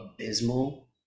abysmal